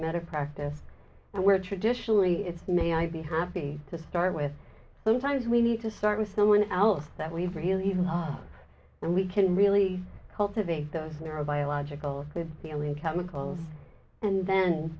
matter practice and where traditionally it's maybe i'd be happy to start with sometimes we need to start with someone else that we've really even then we can really cultivate those narrow biologicals with the only chemicals and then